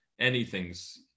Anything's